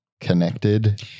connected